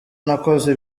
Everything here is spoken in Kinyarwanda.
nakoze